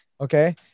okay